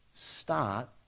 Start